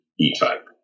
E-Type